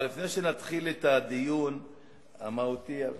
אבל לפני שנתחיל את הדיון המהותי,